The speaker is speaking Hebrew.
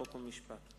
חוק ומשפט.